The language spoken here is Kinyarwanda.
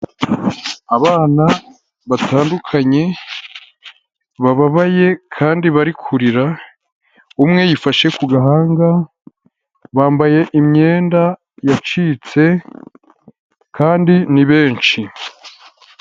Abana batandukanye bababaye kandi bari kurira, umwe yifashe ku gahanga, bambaye imyenda yacitse kandi ni benshi.